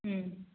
ओं